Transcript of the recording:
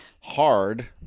hard